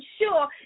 sure